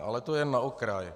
Ale to jen na okraj.